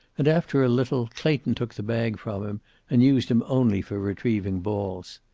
and, after a little, clayton took the bag from him and used him only for retrieving balls.